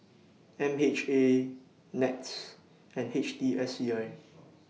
M H A Nets and H T S E I